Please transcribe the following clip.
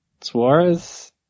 Suarez